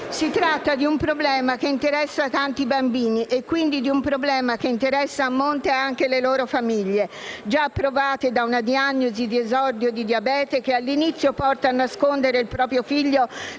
Si tratta di un problema che interessa tanti bambini e quindi di un problema che interessa a monte anche le loro famiglie, già provate da una diagnosi di esordio di diabete che all'inizio porta a nascondere il proprio figlio